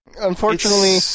Unfortunately